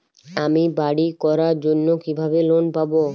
আমি বাড়ি করার জন্য কিভাবে লোন পাব?